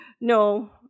No